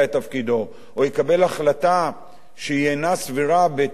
או יקבל החלטה שאינה סבירה בצורה קיצונית,